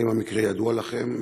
1. האם המקרה ידוע לכם?